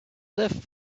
lift